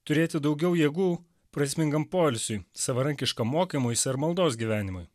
turėti daugiau jėgų prasmingam poilsiui savarankiškam mokymuisi ir maldos gyvenimui